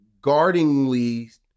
guardingly